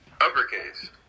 uppercase